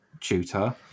tutor